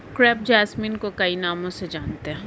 crepe jasmine को कई नामों से जानते हैं